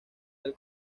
del